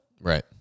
Right